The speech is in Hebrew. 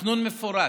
תכנון מפורט,